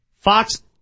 Fox